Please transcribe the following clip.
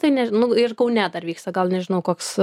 tai nežinaunu ir kaune dar vyksta gal nežinau koks